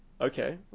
Okay